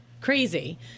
Crazy